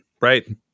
right